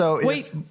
Wait